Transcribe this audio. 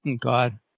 God